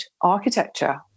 architecture